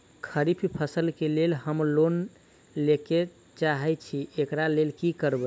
खरीफ फसल केँ लेल हम लोन लैके चाहै छी एकरा लेल की करबै?